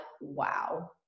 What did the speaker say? wow